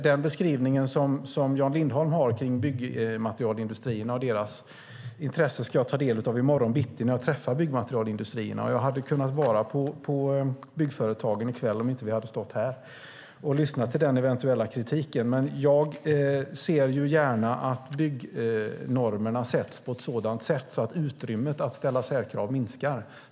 Den beskrivning som Jan Lindholm gör av byggmaterialindustrin och deras intressen ska jag ta del av i morgon bitti när jag träffar representanter för byggmaterialindustrin. Jag hade kunnat vara på byggföretagen i kväll, om vi inte hade stått här, och lyssnat till den eventuella kritiken, men jag ser ju gärna att byggnormerna sätts på ett sådant sätt att utrymmet att ställa särkrav minskar.